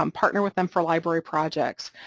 um partner with them for library projects,